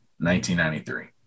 1993